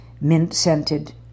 Mint-scented